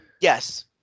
Yes